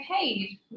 paid